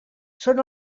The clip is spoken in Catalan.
són